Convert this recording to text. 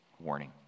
warning